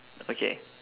okay